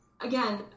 again